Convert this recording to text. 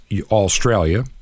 Australia